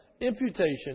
imputation